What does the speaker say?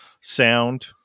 sound